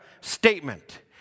statement